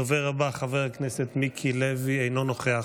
הדובר הבא, חבר הכנסת מיקי לוי, אינו נוכח,